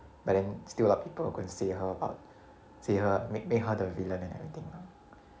but then still a lot of people go and say her about say her make make her the villain and everything ah